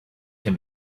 can